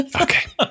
Okay